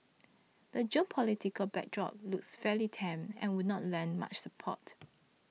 the geopolitical backdrop looks fairly tame and would not lend much support